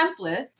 template